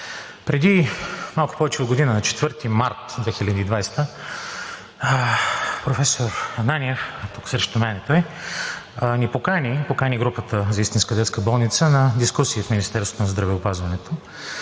Преди малко повече от година – 4 март 2020 г., професор Ананиев – тук срещу мен е той, покани Групата за истинска детска болница на дискусия в Министерството на здравеопазването.